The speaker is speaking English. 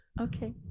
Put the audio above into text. Okay